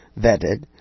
vetted